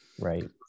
right